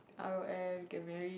R_O_M get married